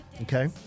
okay